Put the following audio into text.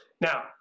Now